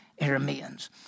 Arameans